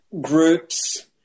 groups